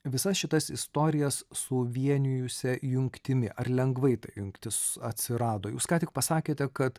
visas šitas istorijas suvienijusia jungtimi ar lengvai ta jungtis atsirado jūs ką tik pasakėte kad